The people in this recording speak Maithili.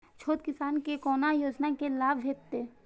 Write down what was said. छोट किसान के कोना योजना के लाभ भेटते?